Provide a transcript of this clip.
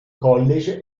college